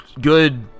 good